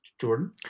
Jordan